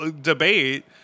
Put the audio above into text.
debate